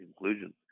conclusion